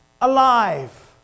Alive